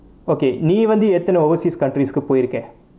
okay நீ வந்து எத்தனை:nee vanthu ethanai overseas countries கு போய்ருக்கே:ku poirukkae